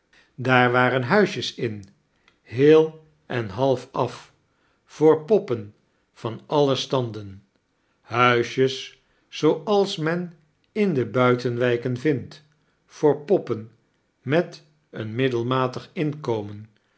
daar waren huisjes in heel en half af voor poppen van alle standen huisjes zooals men in de buitenwijken vindt voor poppen met een middelmatig inkomen